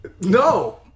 No